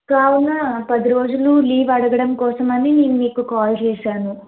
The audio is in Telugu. కావున పది రోజులు లీవ్ అడగడం కోసమని మీకు కాల్ చేశాను